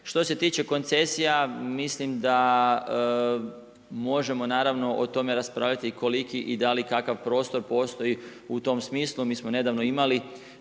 što se tiče koncesija mislim da možemo naravno o tome raspravljati koliki i da li kakav prostor postoji u tom smislu. Mi smo nedavno imali